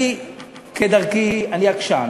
אני, כדרכי, אני עקשן.